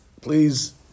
please